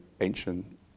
ancient